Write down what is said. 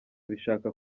bishaka